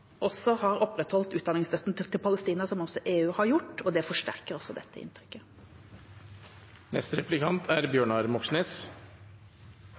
også har opprettholdt utdanningsstøtten til Palestina, og det forsterker også dette inntrykket. Israel har